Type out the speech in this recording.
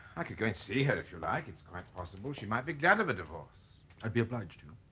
i could go and see her if you like it's kind of possible she might be glad of a divorce i'd be obliged to